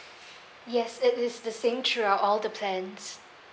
yes it is the same throughout all the plans